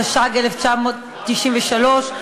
התשנ"ג 1993,